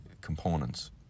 components